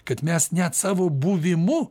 kad mes net savo buvimu